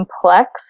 complex